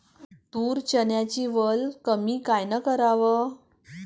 तूर, चन्याची वल कमी कायनं कराव?